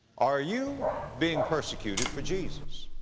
are you being persecuted for jesus?